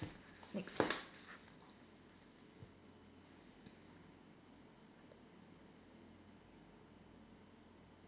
next